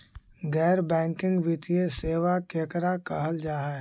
गैर बैंकिंग वित्तीय सेबा केकरा कहल जा है?